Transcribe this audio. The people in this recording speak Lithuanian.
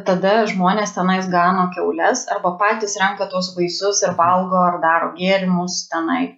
tada žmonės tenais gano kiaules arba patys renka tuos vaisius ir valgo ar daro gėrimus tenai